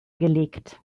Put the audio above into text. gelegt